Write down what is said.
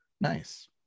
Nice